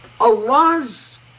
Allah's